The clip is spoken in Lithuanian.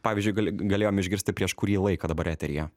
pavyzdžiui gal galėjom išgirsti prieš kurį laiką dabar eteryje